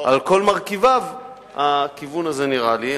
הכיוון הזה על כל מרכיביו נראה לי.